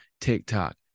TikTok